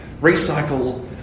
recycle